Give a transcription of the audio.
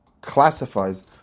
classifies